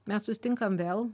mes susitinkam vėl